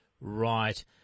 Right